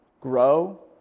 grow